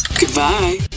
Goodbye